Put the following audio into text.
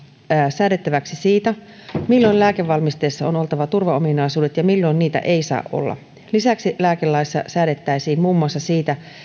säädettäväksi siitä milloin lääkevalmisteessa on oltava turvaominaisuudet ja milloin niitä ei saa olla lisäksi lääkelaissa säädettäisiin muun muassa siitä